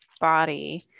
body